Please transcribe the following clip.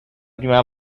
prima